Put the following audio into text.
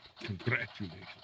Congratulations